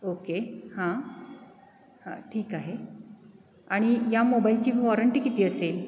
okay हां हां ठीक आहे आणि या मोबाईलची वॉरंटी किती असेल